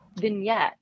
vignette